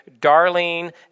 Darlene